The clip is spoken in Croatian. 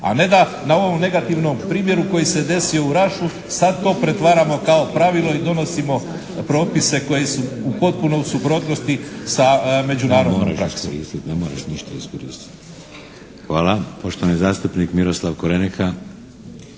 A ne da na ovom negativnom primjeru koji se je desio u Rašu sad to pretvaramo kao pravilo i donosimo propise koji su potpuno u suprotnosti sa međunarodnom praksom. **Šeks, Vladimir (HDZ)** Hvala. Poštovani zastupnik Miroslav Korenika.